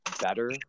better